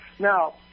Now